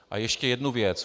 A ještě jedna věc.